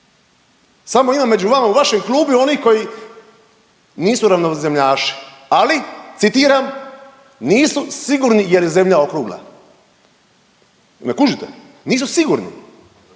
Samo ima među vama u vašem klubu i oni koji nisu ravnozemljaši, ali citiram nisu sigurni jel je Zemlja okrugla. Jel me kužite? Nisu sigurni.